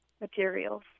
materials